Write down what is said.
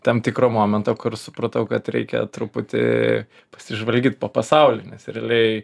tam tikro momento kur supratau kad reikia truputį pasižvalgyt po pasaulį nes realiai